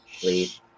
Please